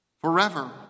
forever